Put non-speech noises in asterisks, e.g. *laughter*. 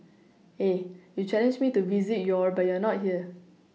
*hesitation* you challenged me to visit your but you are not here